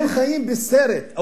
אתם חיים בסרטים,